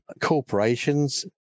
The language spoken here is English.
corporations